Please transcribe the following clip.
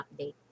update